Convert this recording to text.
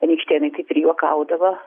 anykštėnai kaip ir juokaudavo